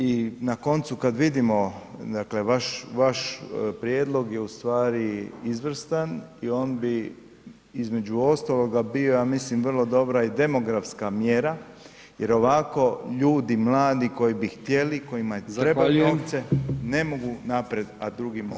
I na koncu kad vidimo dakle vaš prijedlog je ustvari izvrstan i on bi između ostaloga bio ja mislim vrlo dobra i demografska mjesta jer ovako ljudi mladi koji bi htjeli i kojima trebaju novci, ne mogu naprijed a drugi mogu.